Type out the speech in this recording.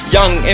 Young